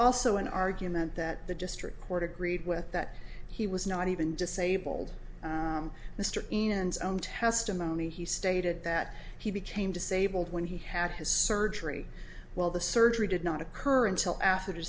also an argument that the district court agreed with that he was not even disabled mr and own testimony he stated that he became disabled when he had his surgery while the surgery did not occur until after